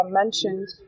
mentioned